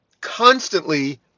constantly